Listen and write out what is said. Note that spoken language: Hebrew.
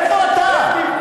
איפה אתה?